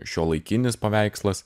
šiuolaikinis paveikslas